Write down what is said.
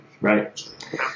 Right